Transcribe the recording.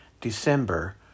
December